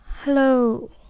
hello